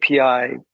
API